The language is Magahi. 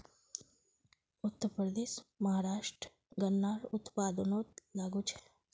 उत्तरप्रदेश, महाराष्ट्र गन्नार उत्पादनोत आगू छे